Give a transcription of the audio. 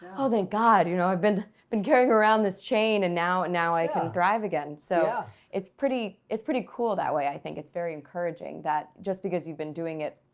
oh, thank god. you know i've been been carrying around this chain and now, i can thrive again. so it's pretty it's pretty cool that way, i think. it's very encouraging that just because you've been doing it,